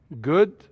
Good